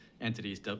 entities